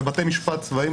ובתי משפט צבאיים,